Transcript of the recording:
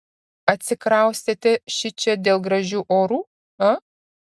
atsikraustėte šičia dėl gražių orų a